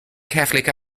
catholic